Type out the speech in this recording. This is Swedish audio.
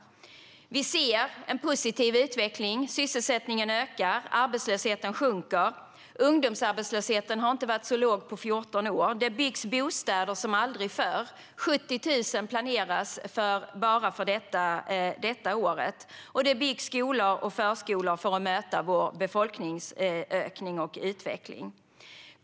Vi ser en positiv utveckling. Sysselsättningen ökar. Arbetslösheten sjunker. Ungdomsarbetslösheten har inte varit så låg på 14 år. Det byggs bostäder som aldrig förr - 70 000 planeras bara för detta år. Det byggs skolor och förskolor för att möta vår befolkningsökning och utveckling.